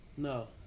No